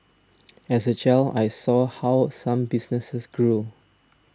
as a child I saw how some businesses grew